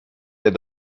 der